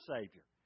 Savior